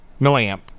milliamp